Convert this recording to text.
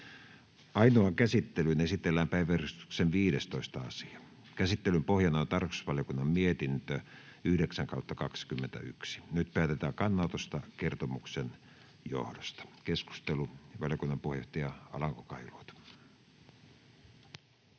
Ainoaan käsittelyyn esitellään päiväjärjestyksen 15. asia. Käsittelyn pohjana on tarkastusvaliokunnan mietintö TrVM 9/2021 vp. Nyt päätetään kannanotosta kertomuksen johdosta. — Keskustelu, valiokunnan puheenjohtaja Alanko-Kahiluoto. Arvoisa